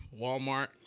Walmart